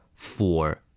Four